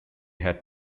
had